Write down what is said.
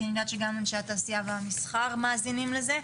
כי אני יודעת שגם אנשי התעשייה והמסחר מאזינים לזה.